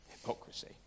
hypocrisy